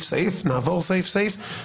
נעבור סעיף-סעיף,